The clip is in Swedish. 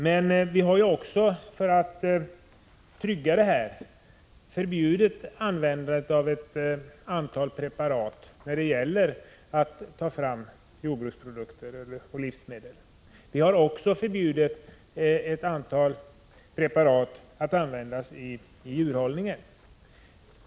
Men vi har också förbjudit användandet av ett antal preparat när det gäller att ta fram jordbruksprodukter och livsmedel. Vi har också förbjudit ett antal preparat att användas i djurhållningen.